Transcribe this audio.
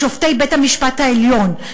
בשופטי בית-המשפט העליון,